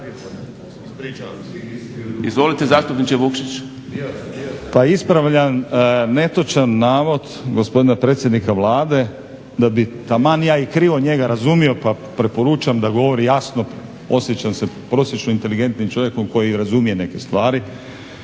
laburisti - Stranka rada)** Pa ispravljam netočan navod gospodina predsjednika Vlade da bi taman ja i krivo njega razumio pa preporučam da govori jasno, osjećam se prosječno inteligentnim čovjekom koji razumije neke stvari